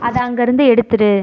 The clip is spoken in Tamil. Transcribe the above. அதை அங்கிருந்து எடுத்துவிடு